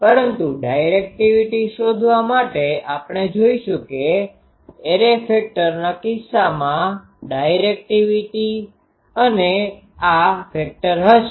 પરંતુ ડાયરેક્ટિવિટી શોધવા આપણે જોઈશું કે એરે ફેક્ટરના કિસ્સામાં ડાયરેક્ટિવિટી અને આ ફેક્ટર હશે